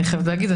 אני חייבת להגיד,